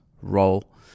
role